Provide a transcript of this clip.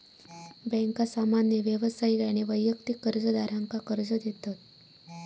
बँका सामान्य व्यावसायिक आणि वैयक्तिक कर्जदारांका कर्ज देतत